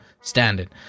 standard